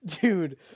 Dude